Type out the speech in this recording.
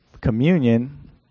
Communion